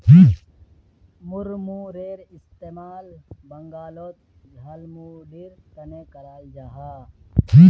मुड़मुड़ेर इस्तेमाल बंगालोत झालमुढ़ीर तने कराल जाहा